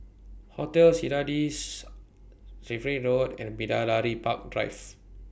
Hotel Citadines Refinery Road and Bidadari Park Drive